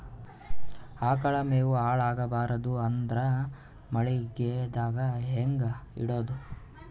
ಆಕಳ ಮೆವೊ ಹಾಳ ಆಗಬಾರದು ಅಂದ್ರ ಮಳಿಗೆದಾಗ ಹೆಂಗ ಇಡೊದೊ?